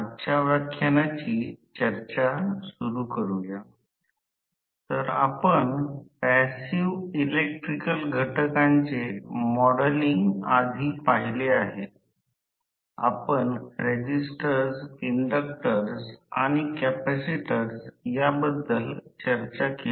ती शिडी देखील सरकते आणि चुंबकाच्या दिशेने येणाऱ्या चुंबकाला हाताच्या दिशेने सरकवते आणि या वाहक आणि चुंबकाच्या दरम्यान खूपच अंतर ठेवते